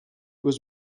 was